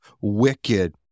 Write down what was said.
wicked